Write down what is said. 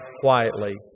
quietly